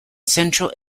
central